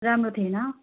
राम्रो थिएन